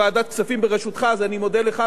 אז אני מודה לך ולכל מי שתרם לזה.